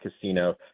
Casino